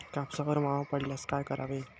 कापसावर मावा पडल्यास काय करावे?